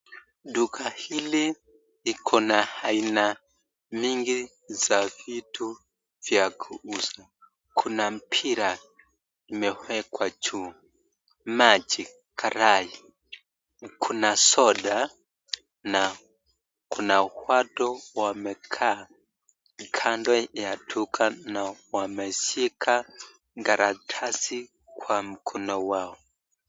Duka hili iko na aina mingi za vitu vya kuuza kuna mpira imewekwa juu ,maji, karai, kuna soda na kuna watu wamekaa kando ya duka na wameshika karatasi kwa mkono wao.